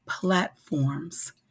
platforms